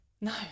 No